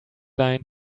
line